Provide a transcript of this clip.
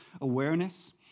awareness